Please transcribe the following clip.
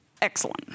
excellent